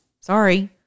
Sorry